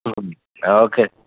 okay